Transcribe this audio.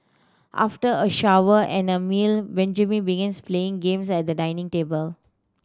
after a shower and a meal Benjamin begins playing games at the dining table